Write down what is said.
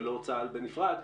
ולא צה"ל בנפרד,